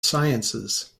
sciences